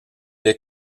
est